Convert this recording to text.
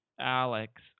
alex